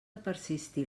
persistir